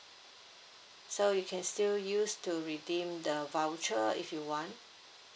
so you can still use to redeem the voucher if you want